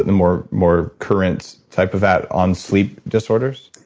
the more more current type of that, on sleep disorders?